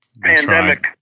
pandemic